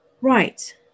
Right